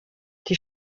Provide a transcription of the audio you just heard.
die